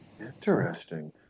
Interesting